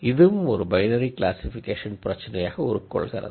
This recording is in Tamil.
இதுவும் ஒரு பைனரி க்ளாசிக்பிகேஷன் பிரச்சினையாக உருக்கொள்கிறது